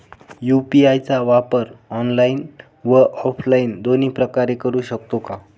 UPI चा वापर online व ऑफलाईन दोन्ही प्रकारे करु शकतो का?